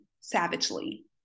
savagely